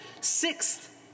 Sixth